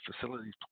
facilities